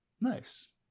Nice